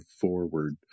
forward